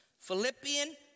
Philippians